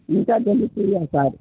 incharge வந்து Surya sir